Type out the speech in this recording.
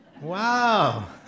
Wow